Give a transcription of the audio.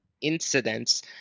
incidents